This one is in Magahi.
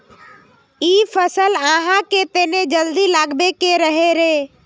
इ फसल आहाँ के तने जल्दी लागबे के रहे रे?